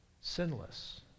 sinless